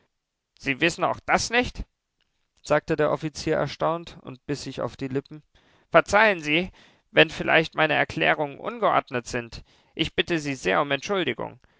sie wissen auch das nicht sagte der offizier erstaunt und biß sich auf die lippen verzeihen sie wenn vielleicht meine erklärungen ungeordnet sind ich bitte sie sehr um entschuldigung